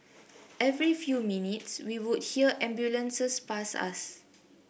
every few minutes we would hear ambulances pass us